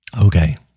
Okay